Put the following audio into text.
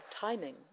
timing